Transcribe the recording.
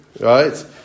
Right